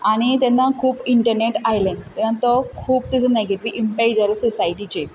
आनी तेन्ना खूप इंटनॅट आयलें तेन्ना तो खूब ताजो नॅगिटीव इम्पॅक्ट जालो सोसायटीचेर